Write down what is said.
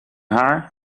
haar